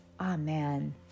Amen